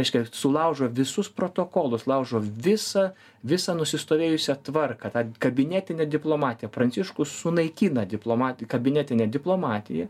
reiškia sulaužo visus protokolus laužo visą visą nusistovėjusią tvarką tą kabinetinę diplomatiją pranciškus sunaikina diplomat kabinetinę diplomatiją